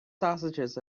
sausages